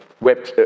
web